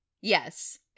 Yes